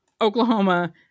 Oklahoma